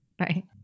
right